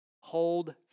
Hold